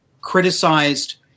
criticized